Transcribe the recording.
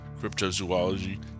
cryptozoology